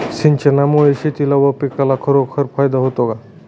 सिंचनामुळे शेतीला व पिकाला खरोखर फायदा होतो का?